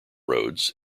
roads